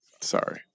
Sorry